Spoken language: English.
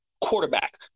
quarterback